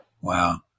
Wow